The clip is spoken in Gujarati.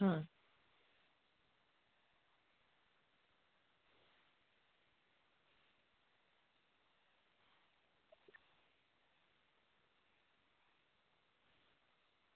હા